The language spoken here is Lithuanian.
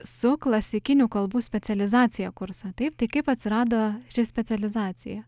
su klasikinių kalbų specializacija kursą taip tai kaip atsirado ši specializacija